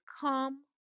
come